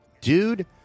dude